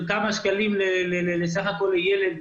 של כמה שקלים לסך הכול לילד,